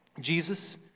Jesus